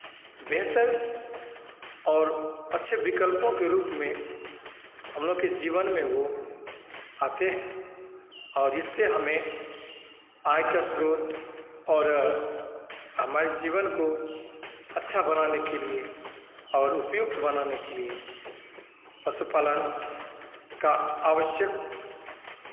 बेहतर और अच्छे विकल्पों के रूप में हम लोगों के जीवन में वो आते हैं और इससे हमें आय का स्रोत और हमारे जीवन को अच्छा बनाने के लिए और उपयुक्त बनाने के लिए पशुपालन का आवश्यक